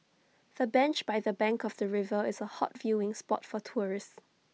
the bench by the bank of the river is A hot viewing spot for tourists